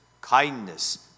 kindness